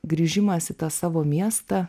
grįžimas į tą savo miestą